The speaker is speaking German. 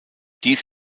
dies